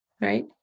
right